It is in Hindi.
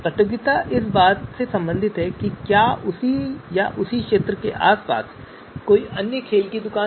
प्रतियोगिता इस बात से संबंधित है कि क्या उसी या आस पास के क्षेत्र में कोई अन्य खेल की दुकान है